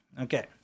okay